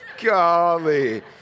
Golly